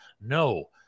no